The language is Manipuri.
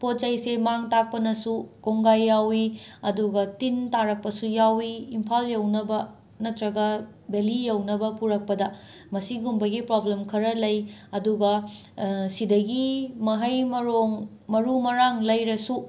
ꯄꯣꯠ ꯆꯩꯁꯦ ꯃꯥꯡ ꯇꯥꯛꯄꯅꯁꯨ ꯀꯣꯡꯒꯥꯏ ꯌꯥꯎꯋꯤ ꯑꯗꯨꯒ ꯇꯤꯟ ꯇꯥꯔꯛꯄꯁꯨ ꯌꯥꯎꯏ ꯏꯝꯐꯥꯜ ꯌꯧꯅꯕ ꯅꯠꯇ꯭ꯔꯒ ꯚꯦꯜꯂꯤ ꯌꯧꯅꯕ ꯄꯨꯔꯛꯄꯗ ꯃꯁꯤꯒꯨꯝꯕꯒꯤ ꯄ꯭ꯔꯣꯕ꯭ꯂꯦꯝ ꯈꯔ ꯂꯩ ꯑꯗꯨꯒ ꯁꯤꯗꯒꯤ ꯃꯍꯩ ꯃꯔꯣꯡ ꯃꯔꯨ ꯃꯔꯥꯡ ꯂꯩꯔꯁꯨ